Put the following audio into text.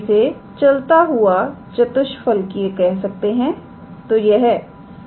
तो इसे चलता हुआ चतुष्फलकीय कह सकते हैं